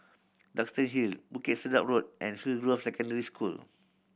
Duxton Hill Bukit Sedap Road and Hillgrove Secondary School